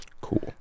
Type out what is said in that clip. Cool